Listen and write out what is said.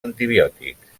antibiòtics